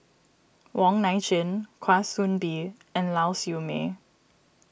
Wong Nai Chin Kwa Soon Bee and Lau Siew Mei